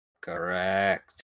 Correct